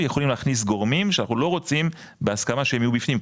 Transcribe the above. יכולים להכניס גורמים שאנחנו לא רוצים בהסכמה שהם יהיו בפנים,